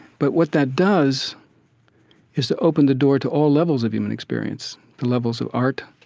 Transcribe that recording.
but what that does is to open the door to all levels of human experiences, the levels of art,